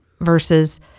versus